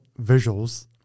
visuals